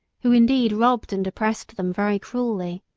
who indeed robbed and oppressed them very cruelly.